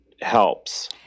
helps